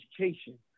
education